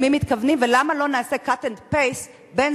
למי מתכוונים ולמה לא נעשה cut and paste בין